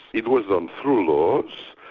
it was done through laws,